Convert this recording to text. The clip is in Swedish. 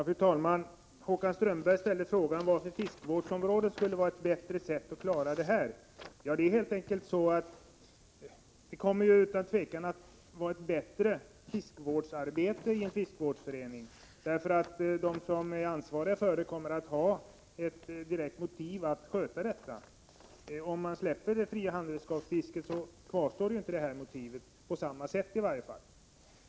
Fru talman! Håkan Strömberg ställde frågan varför ett fiskevårdsområde skulle vara ett bättre sätt att klara detta. Utan tvivel kommer det att bli ett bättre fiskevårdsarbete i en fiskevårdsförening. De som är ansvariga kommer ju att ha ett direkt motiv för att sköta det hela. Om man släpper loss det fria handredskapsfisket kvarstår inte det motivet, i varje fall inte på samma sätt.